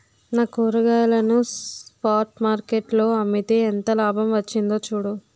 నా కూరగాయలను spot market లో అమ్మితే ఎంత లాభం వచ్చిందో చూడు